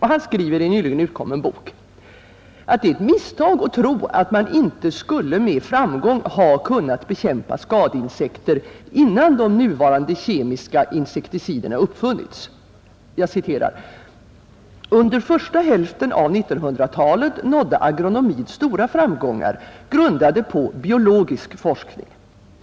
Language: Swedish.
Han skriver i en nyligen utkommen bok att det är ett misstag att tro att man inte skulle med framgång ha kunnat bekämpa skadeinsekter innan de nuvarande kemiska insekticiderna uppfunnits. Jag citerar honom: ”Under första hälften av 1900-talet nådde agronomin stora framgångar, grundade på biologisk forskning.